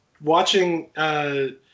watching